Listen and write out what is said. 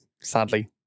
sadly